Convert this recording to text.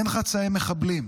אין חצאי מחבלים,